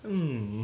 hmm